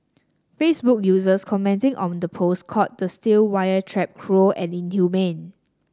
Facebook users commenting on the post called the steel wire trap cruel and inhumane